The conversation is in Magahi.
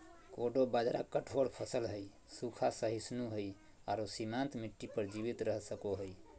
कोडो बाजरा कठोर फसल हइ, सूखा, सहिष्णु हइ आरो सीमांत मिट्टी पर जीवित रह सको हइ